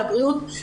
לבריאות,